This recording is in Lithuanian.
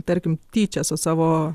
tarkim tyčia su savo